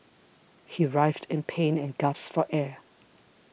he writhed in pain and gasped for air